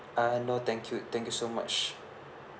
uh no thank you thank you so much